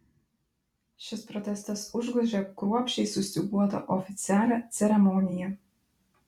šis protestas užgožė kruopščiai sustyguotą oficialią ceremoniją